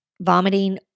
vomiting